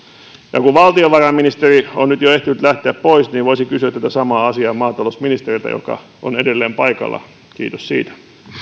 ja kun valtiovarainministeri on nyt jo ehtinyt lähteä pois niin voisin kysyä tätä samaa asiaa maatalousministeriltä joka on edelleen paikalla kiitos siitä